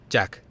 Jack